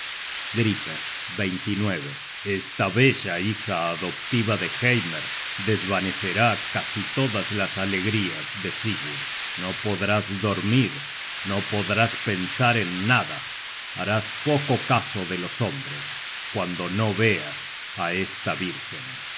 griper esta bella hija adoptiva de heimer desvanecerá casi todas las alegrías de sigurd no podrás dormir no podrás pensar en nada harás poco caso de los hombres cuando no veas á esta vírgen